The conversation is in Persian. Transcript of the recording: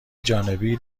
جانبی